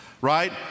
right